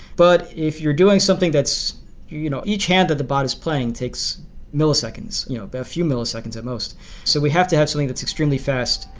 but if you're doing something that's you know each hand that the bot is playing takes milliseconds, you know but a few milliseconds at. so we have to have something that's extremely fast,